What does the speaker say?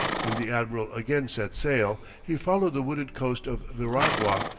when the admiral again set sail, he followed the wooded coast of veragua,